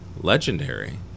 legendary